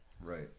right